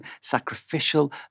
sacrificial